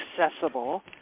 accessible